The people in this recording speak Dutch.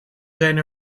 zijn